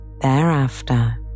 Thereafter